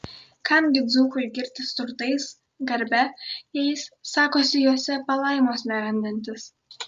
kam gi dzūkui girtis turtais garbe jei jis sakosi juose palaimos nerandantis